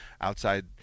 outside